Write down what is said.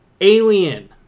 Alien